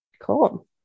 Cool